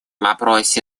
вопросе